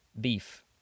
beef